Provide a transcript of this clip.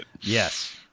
Yes